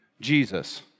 Jesus